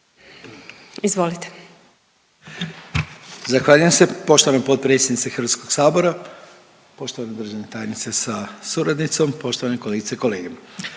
izvolite.